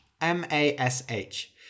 M-A-S-H